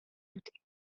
douter